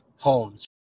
Homes